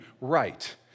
right